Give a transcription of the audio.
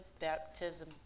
Baptism